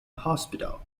hospital